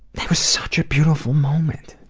that was such a beautiful moment!